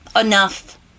enough